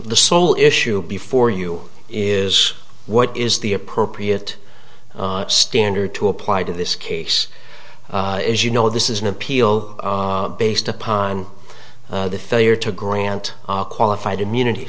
the sole issue before you is what is the appropriate standard to apply to this case as you know this is an appeal based upon the failure to grant qualified immunity